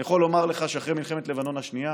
אני יכול לומר לך שאחרי מלחמת לבנון השנייה,